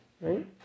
Right